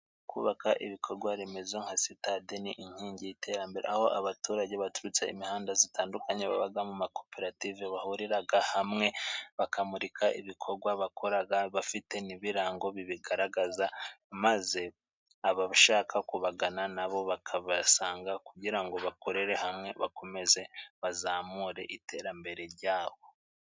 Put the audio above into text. Kubaka ibikorwa remezo nka sitade ni inkingi y'iterambere, aho abaturage baturutse imihanda itandukanye baba mu makoperative bahurira hamwe, bakamurika ibikorwa bakora bafite n'ibirango bibigaragaza, maze abashaka kubagana nabo bakabasanga kugira ngo bakorere hamwe, bakomeze bazamure iterambere ryabo.